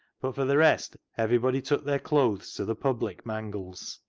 but for the rest everybody took their clothes to the public mangles.